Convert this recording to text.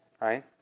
right